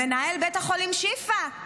למנהל בית החולים שיפא.